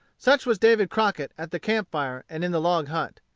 such was david crockett at the campfire and in the log hut.